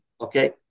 okay